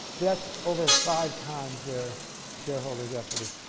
that's over five times their shareholders equity.